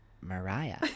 Mariah